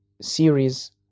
series